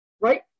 right